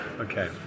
Okay